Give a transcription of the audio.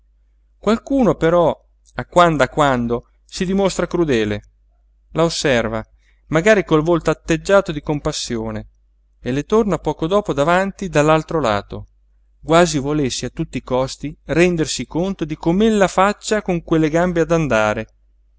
qualcuno però a quando a quando si dimostra crudele la osserva magari col volto atteggiato di compassione e le torna poco dopo davanti dall'altro lato quasi volesse a tutti i costi rendersi conto di com'ella faccia con quelle gambe ad andare